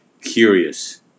curious